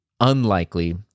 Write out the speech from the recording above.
unlikely